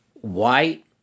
white